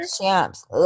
champs